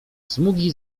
smugi